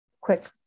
quick